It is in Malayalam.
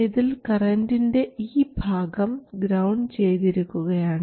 ഇതിൽ കറൻറിൻറെ ഈ ഭാഗം ഗ്രൌണ്ട് ചെയ്തിരിക്കുകയാണ്